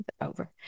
over